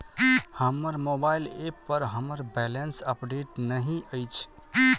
हमर mobile app पर हमर बैलेंस अपडेट नहि अछि